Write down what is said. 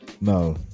No